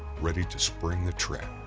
ready to spring the trap.